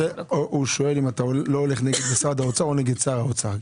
הוא שואל אם אתה לא הולך נגד משרד האוצר או נגד שר האוצר.